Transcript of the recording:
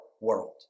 world